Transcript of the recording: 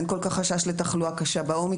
אין כל כך חשש לתחלואה קשה באומיקרון.